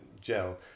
gel